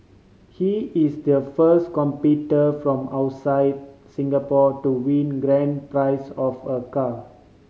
he is their first competitor from outside Singapore to win grand prize of a car